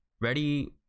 Ready